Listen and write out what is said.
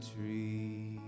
tree